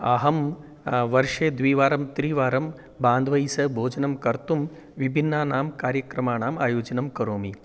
अहं वर्षे द्विवारं त्रिवारं बान्धवैस्सह भोजनं कर्तुं विभिन्नानां कार्यक्रमाणाम् आयोजनं करोमि